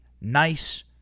nice